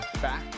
back